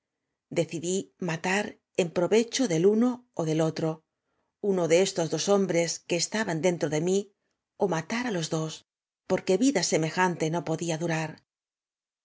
decidí matar en provecho del uno ó del otro uno de estos dos hombrea que estaban dentro de m ó malar á los dos porque vida semejaste no podía durar